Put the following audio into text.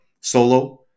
solo